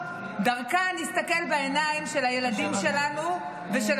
דרכה נסתכל בעיניים של הילדים שלנו ושל